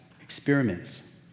experiments